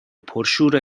پرشور